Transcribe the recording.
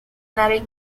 nariz